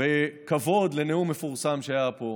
בכבוד לנאום מפורסם שהיה פה: